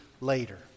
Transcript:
later